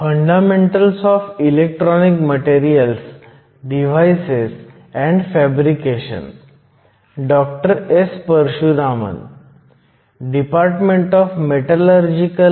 आजच्या असाइनमेंटमध्ये आपण pn जंक्शन्स पाहणार आहोत